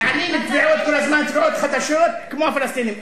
מעלים כל הזמן תביעות חדשות, כמו הפלסטינים.